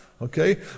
Okay